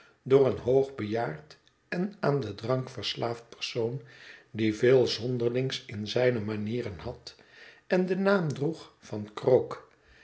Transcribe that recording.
door een hoogbejaard en aan den drank verslaafd persoon die veel zonderlings in zijne manieren had en den naam droeg van krook